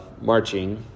marching